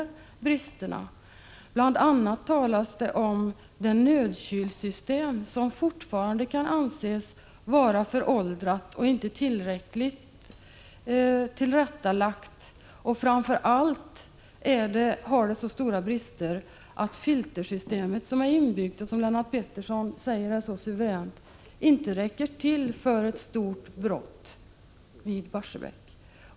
Där talas bl.a. om det nödkylsystem som fortfarande kan anses vara föråldrat och inte tillräckligt anpassat. Det har så stora brister att det inbyggda filtersystemet, som Lennart Pettersson säger är så suveränt, inte räcker till för ett stort brott vid Barsebäck.